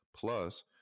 Plus